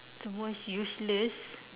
the most useless